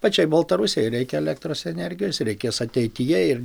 pačiai baltarusijai reikia elektros energijos reikės ateityje ir